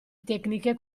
tecniche